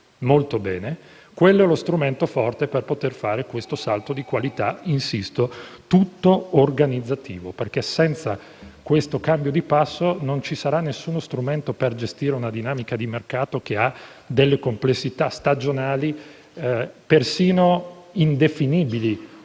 molto bene. Quello è lo strumento forte per fare questo salto di qualità tutto organizzativo, perché senza questo cambio di passo non ci sarà nessuno strumento per gestire una dinamica di mercato che ha delle complessità stagionali perfino indefinibili